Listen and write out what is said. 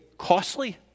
costly